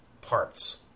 parts